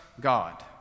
God